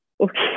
Okay